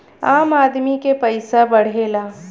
आम आदमी के पइसा बढ़ेला